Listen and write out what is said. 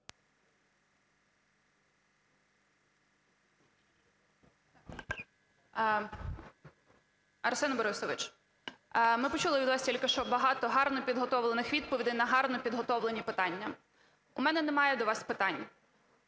Арсен Борисович, ми почули від вас тільки що багато гарно підготовлених відповідей на гарно підготовлені питання. У мене немає до вас питань.